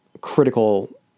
critical